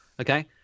okay